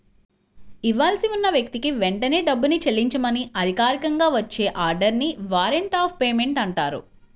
ఇవ్వాల్సి ఉన్న వ్యక్తికి వెంటనే డబ్బుని చెల్లించమని అధికారికంగా వచ్చే ఆర్డర్ ని వారెంట్ ఆఫ్ పేమెంట్ అంటారు